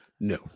No